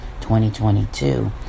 2022